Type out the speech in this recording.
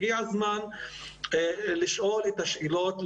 הגיע הזמן לשאול מספר שאלות,